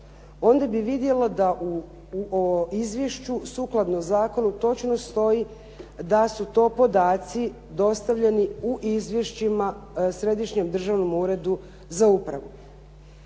onda bi vidjelo da u izvješću sukladno zakonu točno stoji da su to podaci dostavljeni u izvješćima Središnjem državnom uredu za upravu.